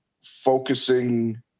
focusing